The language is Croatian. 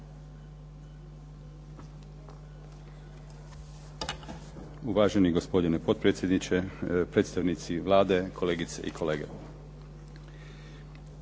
Uvaženi gospodine potpredsjedniče, predstavnici Vlade, kolegice i kolege.